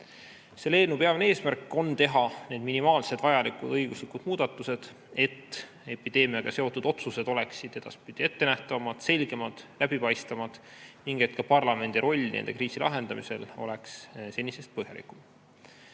Selle eelnõu peamine eesmärk on teha minimaalsed vajalikud õiguslikud muudatused, et epideemiaga seotud otsused oleksid edaspidi ettenähtavamad, selgemad ja läbipaistvamad ning et ka parlamendi roll nende kriiside lahendamisel oleks senisest põhjalikum. Alustan